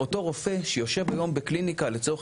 אותו רופא שיושב היום בקליניקה לצורך